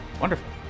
Wonderful